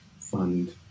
fund